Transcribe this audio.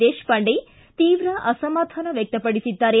ದೇಶಪಾಂಡೆ ತೀವ್ರ ಅಸಮಾಧಾನ ವ್ಯಕ್ತಪಡಿಸಿದ್ದಾರೆ